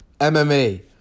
MMA